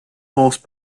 horse